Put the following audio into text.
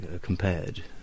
compared